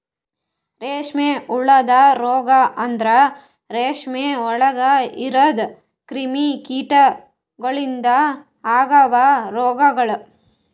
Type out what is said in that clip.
ರೇಷ್ಮೆ ಹುಳದ ರೋಗ ಅಂದುರ್ ರೇಷ್ಮೆ ಒಳಗ್ ಇರದ್ ಕ್ರಿಮಿ ಕೀಟಗೊಳಿಂದ್ ಅಗವ್ ರೋಗಗೊಳ್